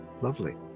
lovely